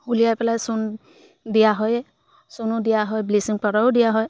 উলিয়াই পেলাই চূণ দিয়া হয়েই চূণো দিয়া হয় ব্লিচিং পাউডাৰো দিয়া হয়